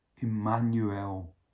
Emmanuel